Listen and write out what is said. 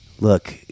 Look